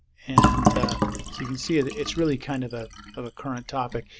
and so you can see that it's really kind of a of a current topic.